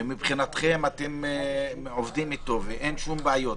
אתם עובדים אתו ואין שום בעיות.